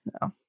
No